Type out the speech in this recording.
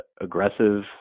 aggressive